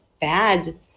bad